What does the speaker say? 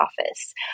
office